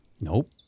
Nope